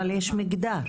אבל יש מגדר,